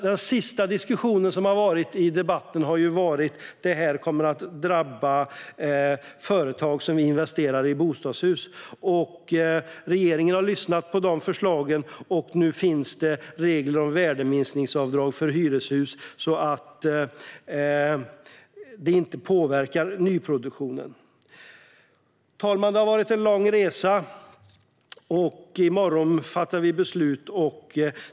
Den senaste diskussionen i debatten har gällt att det kommer att drabba företag som investerar i bostadshus. Regeringen har lyssnat på förslagen. Nu finns det regler om värdeminskningsavdrag för hyreshus så att det inte påverkar nyproduktionen. Fru talman! Det har varit en lång resa. I morgon fattar vi beslut.